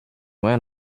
went